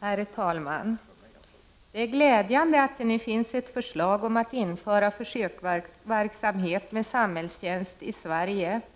Herr talman! Det är glädjande att det nu finns ett förslag om att i Sverige införa försöksverksamhet med samhällstjänst